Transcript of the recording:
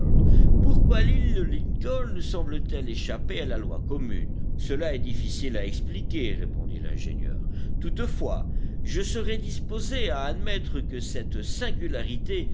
pourquoi l'île lincoln semble t elle échapper à la loi commune cela est difficile à expliquer répondit l'ingénieur toutefois je serais disposé à admettre que cette singularité